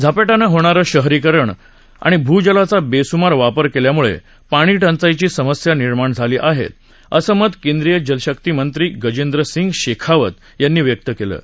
झपाट्यानं होणारं शहरीकरण आणि भूजलाचा बेसूमार वापर केल्यामुळे पाणीटंचाईची समस्या निर्माण झाली आहे असं मत केंद्रीय जलशक्ती मंत्री गजेंद्र सिंह शेखावत यांनी व्यक्त केलं आहे